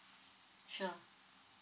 sure